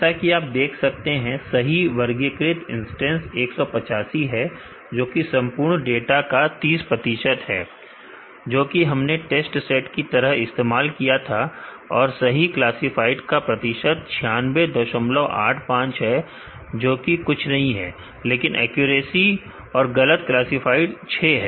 जैसा कि आप देख सकते हैं सही वर्गीकृत इंस्टेंस 185 है जोकि संपूर्ण डेटा का 30 प्रतिशत है जो कि हमने टेस्ट सेट की तरह इस्तेमाल किया था और सही क्लासफाइड का प्रतिशत 9685 है जोकि कुछ नहीं है लेकिन एक्यूरेसी और गलत क्लासफाइड 6 है